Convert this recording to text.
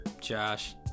Josh